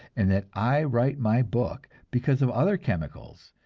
and that i write my book because of other chemicals,